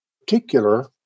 particular